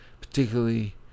particularly